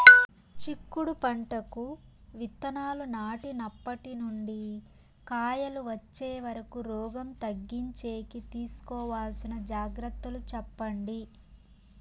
చిక్కుడు పంటకు విత్తనాలు నాటినప్పటి నుండి కాయలు వచ్చే వరకు రోగం తగ్గించేకి తీసుకోవాల్సిన జాగ్రత్తలు చెప్పండి?